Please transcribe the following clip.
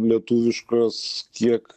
lietuviškos tiek